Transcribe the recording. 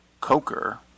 Coker